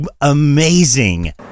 amazing